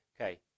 Okay